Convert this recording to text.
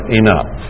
enough